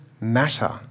matter